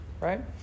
right